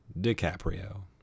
DiCaprio